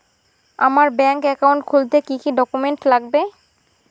আমার bank account খুলতে কি কি ডকুমেন্ট লাগবে?